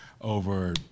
over